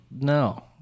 no